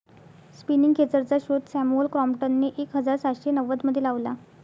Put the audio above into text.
spinning खेचरचा शोध Samuel क्रॉम्प्टनने एक हजार सातशे नव्वदमध्ये लावला